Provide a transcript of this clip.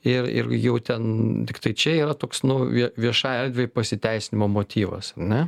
ir ir jau ten tiktai čia yra toks nu vie viešajai erdvei pasiteisinimo motyvas ar ne